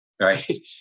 right